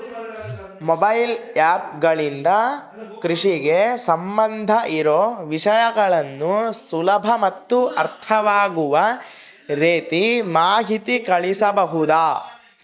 Mobile app ಗಳಿಂದ ಕೃಷಿಗೆ ಸಂಬಂಧ ಇರೊ ವಿಷಯಗಳನ್ನು ಸುಲಭ ಮತ್ತು ಅರ್ಥವಾಗುವ ರೇತಿ ಮಾಹಿತಿ ಕಳಿಸಬಹುದಾ?